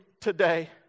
today